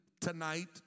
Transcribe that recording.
tonight